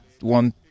one